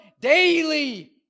daily